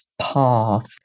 Path